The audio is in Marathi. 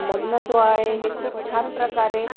लग्नसोहाळे हे खूप छान प्रकारे